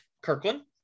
kirkland